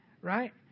right